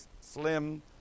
slim